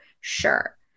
sure